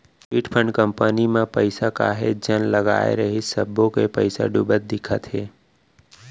chit fund company म पइसा काहेच झन लगाय रिहिस सब्बो के पइसा डूबत दिखत हे